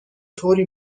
طوری